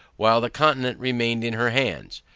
while the continent remained in her hands.